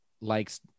likes